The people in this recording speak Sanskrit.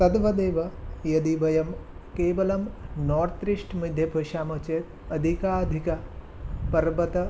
तद्वदेव यदि वयं केवलं नोर्त्रिश्ट् मध्ये पश्यामश्चेत् अधिकाधिकपर्वत